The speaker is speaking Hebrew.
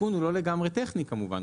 התיקון הוא לא לגמרי טכני כמובן,